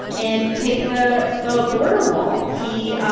and take the the border wall. he